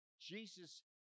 Jesus